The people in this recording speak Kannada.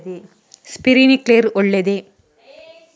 ಸ್ಪಿರಿನ್ಕ್ಲೆರ್ ಒಳ್ಳೇದೇ?